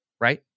right